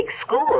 School